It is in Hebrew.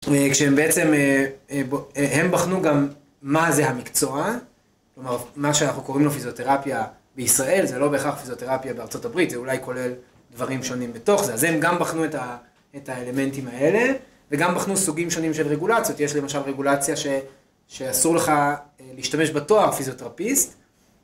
כשהם בעצם, הם בחנו גם מה זה המקצוע, כלומר, מה שאנחנו קוראים לו פיזיותרפיה בישראל, זה לא בהכרח פיזיותרפיה בארה״ב, זה אולי כולל דברים שונים בתוך זה, אז הם גם בחנו את האלמנטים האלה, וגם בחנו סוגים שונים של רגולציות. יש למשל רגולציה שאסור לך להשתמש בתואר פיזיותרפיסט,